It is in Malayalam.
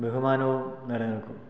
ബഹുമാനവും നിലനില്ക്കും